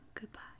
goodbye